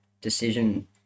decision